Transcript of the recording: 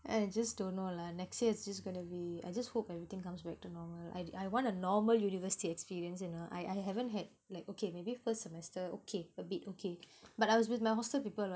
I just don't know lah next year it's just gonna be I just hope everything comes back to normal I I want a normal university experience you know I I haven't had like okay maybe first semester okay a bit okay but I was with my hostel people right